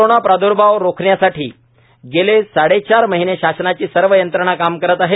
corona प्रादूर्भाव राखण्यासाठी गेले साडेचार महिने शासनाची सर्व यंत्रणा काम करत आहे